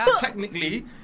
technically